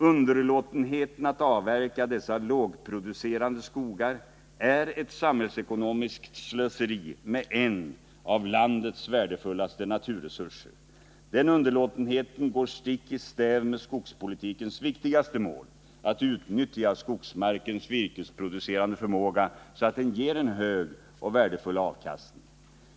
Underlåtenheten att avverka dessa lågproducerande skogar är ett samhällsekonomiskt slöseri med en av landets värdefullaste naturresurser. Denna underlåtenhet går stick i stäv” mot skogspolitikens viktigaste mål, att utnyttja skogsmarkens virkesproducerande förmåga så att den ger en hög och värdefull avkastning.